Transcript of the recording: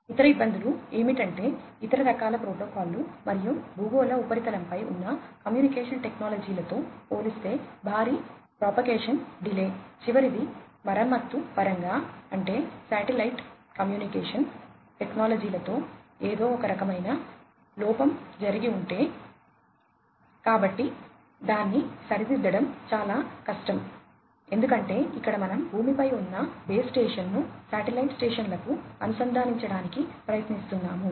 ఇతర ఇబ్బందులు ఏమిటంటే ఇతర రకాల ప్రోటోకాల్లు మరియు భూగోళ ఉపరితలంపై ఉన్న కమ్యూనికేషన్ టెక్నాలజీలతో పోలిస్తే భారీ ప్రోపగేషన్ డిలే ను శాటిలైట్ స్టేషన్లకు అనుసంధానించడానికి ప్రయత్నిస్తున్నాము